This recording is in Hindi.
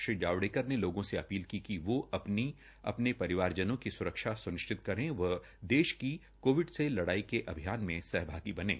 श्री जावड़ेकर ने लोगों से अपील की कि वो अपनी अपने परिवार जनों की स्रक्षा स्निश्चित करें व देश की कोविड से लडाई के लड़ाई के अभियान में सहभागी बनें